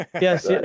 Yes